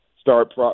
Start